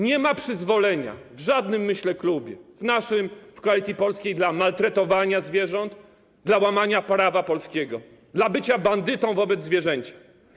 Nie ma przyzwolenia w żadnym, myślę, klubie - w naszym, w Koalicji Polskiej, na maltretowanie zwierząt, na łamanie prawa polskiego, na bycie bandytą wobec zwierzęcia.